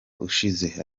ushize